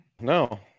No